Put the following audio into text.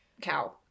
cow